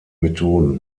methoden